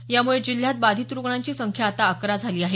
यामुळे जिल्ह्यात बाधित रूग्णांची संख्या आता अकरा झाली आहे